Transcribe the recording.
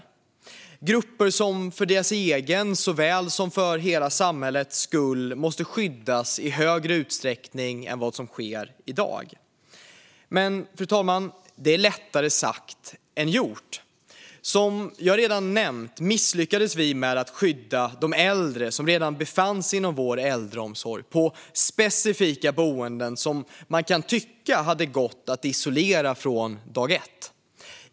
Det är grupper som för sin egen såväl som för hela samhällets skull måste skyddas i större utsträckning än vad som sker i dag. Men, fru talman, det är lättare sagt än gjort. Som jag redan nämnt misslyckades vi med att skydda de äldre som redan befann sig inom vår äldreomsorg, på specifika boenden som man kan tycka borde ha gått att isolera från dag ett.